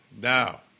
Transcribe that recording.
now